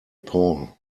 paul